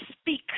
speak